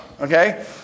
Okay